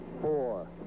four